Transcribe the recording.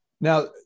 Now